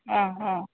അ അ